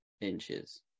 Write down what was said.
inches